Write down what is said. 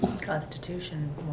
Constitution